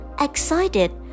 excited